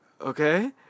okay